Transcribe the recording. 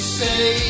say